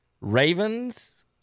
Ravens